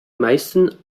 meisten